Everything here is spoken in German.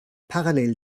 parallel